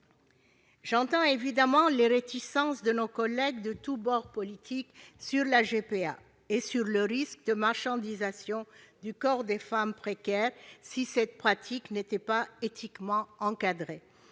J'entends évidemment les réticences de nos collègues de tous bords politiques tenant au risque de marchandisation du corps des femmes en situation de précarité si cette pratique n'était pas éthiquement encadrée.